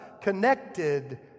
connected